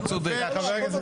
אתה צודק.